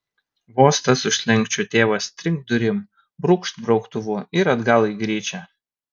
vos tas už slenksčio tėvas trinkt durim brūkšt brauktuvu ir atgal į gryčią